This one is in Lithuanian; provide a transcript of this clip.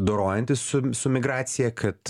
dorojantis su su migracija kad